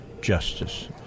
justice